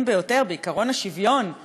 עקרון השוויון לשירות ממלכתי,